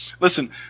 Listen